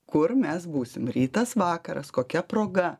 kur mes būsim rytas vakaras kokia proga